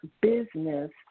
business